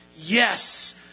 yes